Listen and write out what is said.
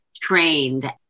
trained